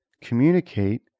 communicate